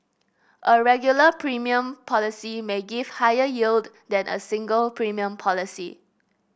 a regular premium policy may give higher yield than a single premium policy